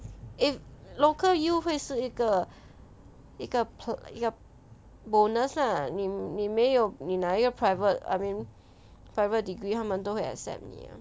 if local U 会是一个一个 plu~ 一个 bonus lah 你你没有你拿一个 private I mean private degree 他们都会 accept 你 ah